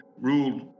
ruled